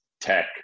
tech